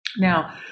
Now